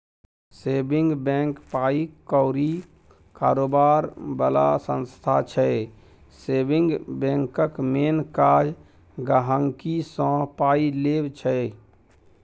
saving bank पाइ कौरी कारोबार बला संस्था छै सेबिंग बैंकक मेन काज गांहिकीसँ पाइ लेब छै